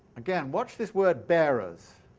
again, watch this word bearers,